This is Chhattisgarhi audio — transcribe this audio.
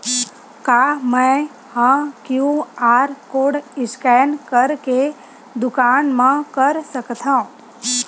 का मैं ह क्यू.आर कोड स्कैन करके दुकान मा कर सकथव?